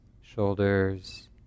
shoulders